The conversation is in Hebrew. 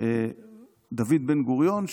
דוד בן-גוריון,